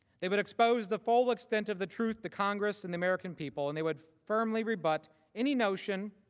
they would expose the full extent of the truth to congress and the american people and they would firmly rebut any notion